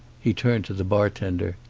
he turned to the bar tender.